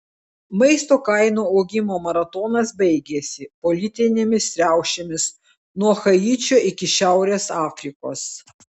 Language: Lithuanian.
maisto kainų augimo maratonas baigėsi politinėmis riaušėmis nuo haičio iki šiaurės afrikos